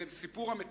וזה סיפור המטפלות